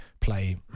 play